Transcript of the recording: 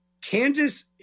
Kansas